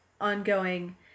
ongoing